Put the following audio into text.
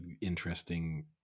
interesting